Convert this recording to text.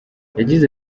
yagize